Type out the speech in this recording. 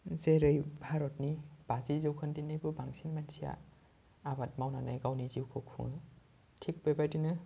जेरै भारतनि बाजि जौखोन्दोनिबो बांसिन मानसिआ आबाद मावनानै गावनि जिउखौ खुङो थिख बेबायदिनो